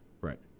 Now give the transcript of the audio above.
right